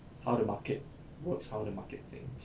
how the market works how the market thinks